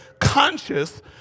conscious